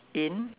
in